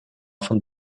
von